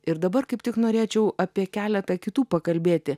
ir dabar kaip tik norėčiau apie keletą kitų pakalbėti